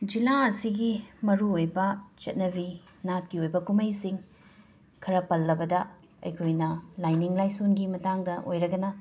ꯖꯤꯂꯥ ꯑꯁꯤꯒꯤ ꯃꯔꯨ ꯑꯣꯏꯕ ꯆꯠꯅꯕꯤ ꯅꯥꯠꯀꯤ ꯑꯣꯏꯕ ꯀꯨꯝꯍꯩꯁꯤꯡ ꯈꯔ ꯄꯜꯂꯕꯗ ꯑꯩꯈꯣꯏꯅ ꯂꯥꯏꯅꯤꯡ ꯂꯥꯏꯁꯣꯟꯒꯤ ꯃꯇꯥꯡꯗ ꯑꯣꯏꯔꯒꯅ